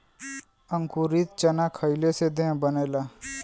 अंकुरित चना खईले से देह बनेला